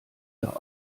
ihrer